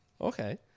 Okay